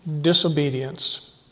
disobedience